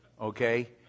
Okay